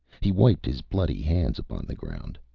he wiped his bloody hands upon the ground.